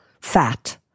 fat